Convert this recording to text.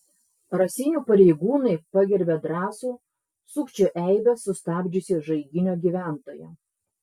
raseinių pareigūnai pagerbė drąsų sukčių eibes sustabdžiusį žaiginio gyventoją